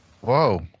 Whoa